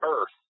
Earth